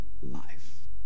life